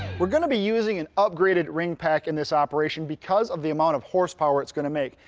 we're gonna be using an upgraded ring pack in this operation because of the amount of horsepower it's gonna make.